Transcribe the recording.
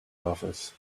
office